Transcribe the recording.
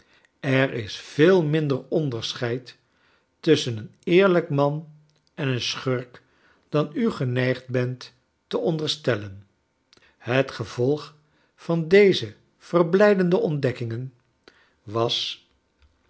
er is veel minder onderscheid tusschen een eerlijk man en een schurk dan u geneigd bent te onderstellen het gevolg van deze verblijdende ontdekkingen was